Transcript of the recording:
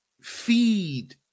feed